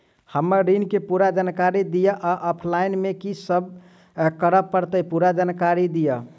हम्मर ऋण केँ पूरा जानकारी दिय आ ऑफलाइन मे की सब करऽ पड़तै पूरा जानकारी दिय?